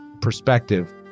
perspective